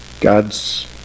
God's